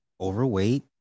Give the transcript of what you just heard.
overweight